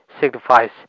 signifies